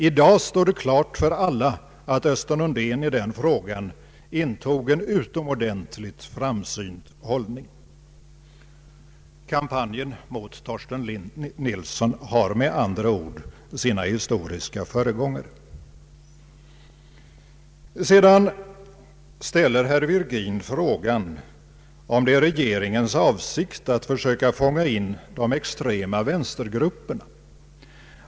I dag står det klart för alla att Östen Undén i den frågan intog en utomordentligt framsynt hållning. Kampanjen mot Torsten Nilsson har med andra ord sina historiska föregångare. Sedan ställer herr Virgin frågan om det är regeringens avsikt att försöka fånga in de extrema vänstergrupperna.